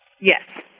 Yes